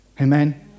Amen